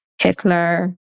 Hitler